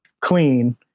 clean